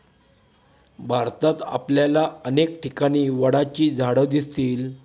भारतात आपल्याला अनेक ठिकाणी वडाची झाडं दिसतील